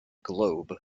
globe